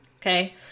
Okay